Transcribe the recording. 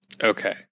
Okay